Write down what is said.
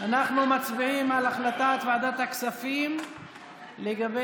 אנחנו מצביעים על הצעת ועדת הכספים לגבי